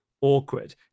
awkward